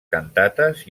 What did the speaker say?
cantates